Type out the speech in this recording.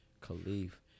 Khalif